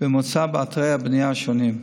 בממוצע באתרי הבנייה השונים.